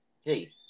Hey